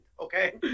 Okay